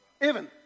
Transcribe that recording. Evan